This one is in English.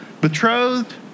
betrothed